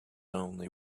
only